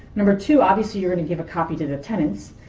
number two, obviously, you're going to give a copy to the tenants,